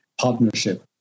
partnership